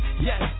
yes